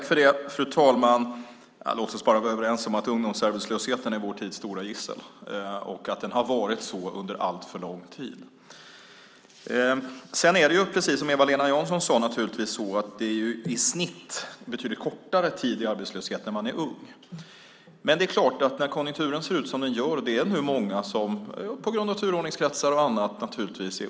Fru talman! Låt oss vara överens om att ungdomsarbetslösheten är vår tids stora gissel. Det har varit så under alltför lång tid. Det är precis som Eva-Lena Jansson sade i snitt betydligt kortare tid i arbetslöshet när man är ung. Men när konjunkturen ser ut som den gör är det nu många unga som slås ut just nu på grund av turordningskretsar och annat.